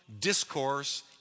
discourse